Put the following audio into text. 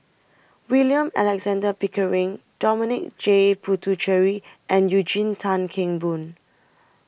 William Alexander Pickering Dominic J Puthucheary and Eugene Tan Kheng Boon